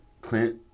clint